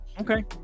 Okay